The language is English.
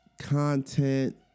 content